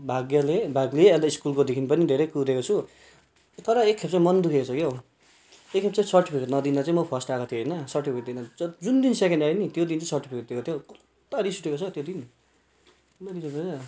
भागे भाग लिएँ अन्त स्कुलको देखि पनि धेरै कुदेको छु तर एकखेप चाहिँ मन दुखेको छ क्या हो एकखेप चाहिँ सर्टिफिकेट नदिँदा चाहिँ म फर्स्ट आएको थिएँ होइन सर्टिफिकेट दिँदा जुन दिन सेकेन्ड आएँ नि त्यो दिन चाहिँ सर्टिफिकेट दिएको थियो पुरा रिस उठेको छ त्यो दिन पुरा रिस उठेको छ